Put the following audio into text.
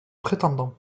prétendant